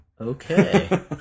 Okay